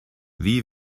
wie